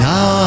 Now